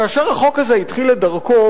כאשר החוק הזה התחיל את דרכו,